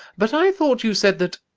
but i thought you said that.